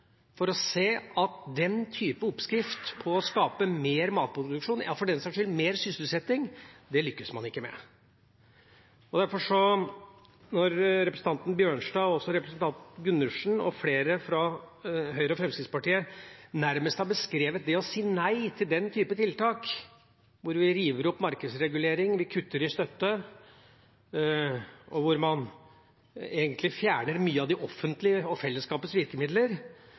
for å se det – at den type oppskrift på å skape mer matproduksjon – ja, for den saks skyld mer sysselsetting – lykkes man ikke med. Når representanten Bjørnstad, og også representanten Gundersen og flere fra Høyre og Fremskrittspartiet, nærmest har beskrevet det å si nei til den type tiltak hvor vi river opp markedsregulering, vi kutter i støtte, og hvor man egentlig fjerner mye av de offentlige og fellesskapets virkemidler,